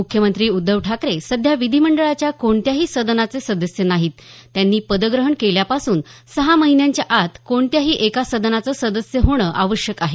मुख्यमंत्री उद्धव ठाकरे सध्या विधीमंडळाच्या कोणत्याही सदनाचे सदस्य नाहीत त्यांनी पदग्रहण केल्यापासून सहा महिन्यांच्या आत कोणत्याही एका सदनाचं सदस्य होणं आवश्यक आहे